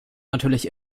natürlich